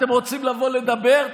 אתם רוצים לבוא לדבר?